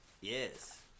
Yes